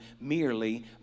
merely